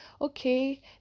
okay